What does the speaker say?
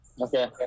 Okay